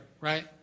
right